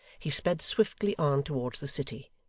he sped swiftly on towards the city,